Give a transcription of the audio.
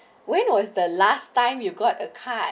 when was the last time you got a card